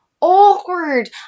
awkward